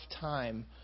time